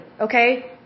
okay